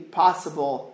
possible